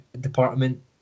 department